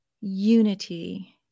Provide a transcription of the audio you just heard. unity